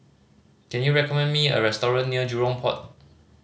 can you recommend me a restaurant near Jurong Port